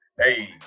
hey